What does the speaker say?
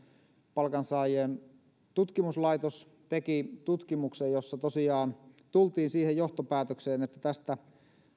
palkansaajien tutkimuslaitos teki tutkimuksen jossa tosiaan tultiin siihen johtopäätökseen että tästä